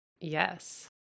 Yes